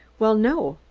well, no,